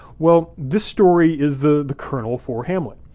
well, this story is the the kernel for hamlet.